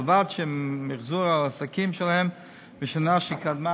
ובלבד שמחזור העסקים שלהם בשנה שקדמה